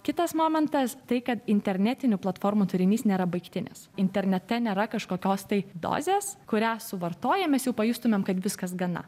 kitas momentas tai kad internetinių platformų turinys nėra baigtinis internete nėra kažkokios tai dozės kurią suvartoję mes jau pajustumėm kad viskas gana